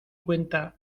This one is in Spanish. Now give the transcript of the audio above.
cuenta